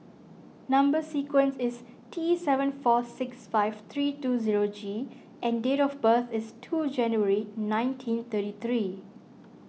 Number Sequence is T seven four six five three two zero G and date of birth is two January nineteen thirty three